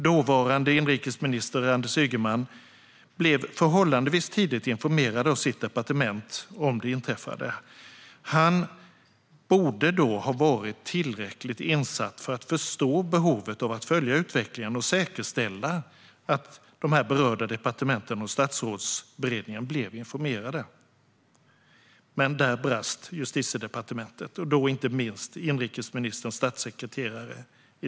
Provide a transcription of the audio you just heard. Dåvarande inrikesminister Anders Ygeman blev av sitt departement förhållandevis tidigt informerad om det inträffade. Han borde då ha varit tillräckligt insatt för att förstå behovet av att följa utvecklingen och säkerställa att de berörda departementen och Statsrådsberedningen blev informerade, men där brast Justitiedepartementet och inte minst inrikesministerns statssekreterare.